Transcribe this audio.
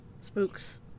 Spooks